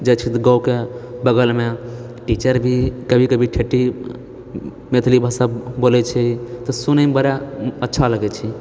जाएछी तऽ गाँवके बगलमे टीचर भी कभी कभी ठेठी मैथिली भाषा बोलय छै तऽ सुनयमे बड़ा अच्छा लगैछेै